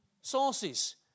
sources